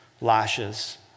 lashes